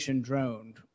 droned